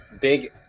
big